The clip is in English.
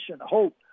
hope